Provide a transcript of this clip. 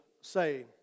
say